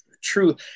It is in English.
true